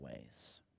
ways